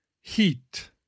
Heat